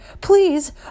Please